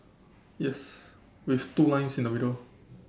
yes with two lines in the middle